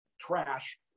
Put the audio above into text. trash